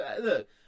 look